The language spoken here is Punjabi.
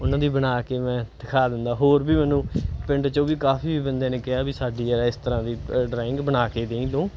ਉਹਨਾਂ ਦੀ ਬਣਾ ਕੇ ਮੈਂ ਦਿਖਾ ਦਿੰਦਾ ਹੋਰ ਵੀ ਮੈਨੂੰ ਪਿੰਡ 'ਚੋਂ ਵੀ ਕਾਫੀ ਬੰਦਿਆਂ ਨੇ ਕਿਹਾ ਵੀ ਸਾਡੀ ਜਿਹੜਾ ਇਸ ਤਰ੍ਹਾਂ ਦੀ ਡਰਾਇੰਗ ਬਣਾ ਕੇ ਦੇਈਂ ਤੂੰ